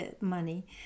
money